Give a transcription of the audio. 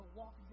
walk